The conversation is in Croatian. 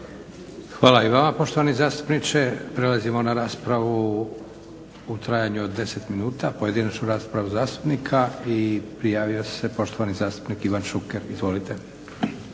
Hvala i vama poštovani zastupniče. Prelazimo na raspravu u trajanju od 10 minuta, pojedinačnu raspravu zastupnika i prijavio se poštovani zastupnik Ivan Šuker. Izvolite.